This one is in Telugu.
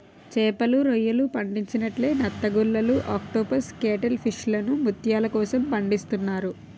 చేపలు, రొయ్యలు పండించినట్లే నత్తగుల్లలు ఆక్టోపస్ కేటిల్ ఫిష్లను ముత్యాల కోసం పండిస్తున్నారు